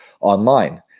online